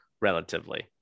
relatively